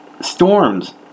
storms